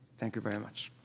thank you very much.